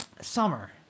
Summer